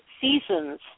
seasons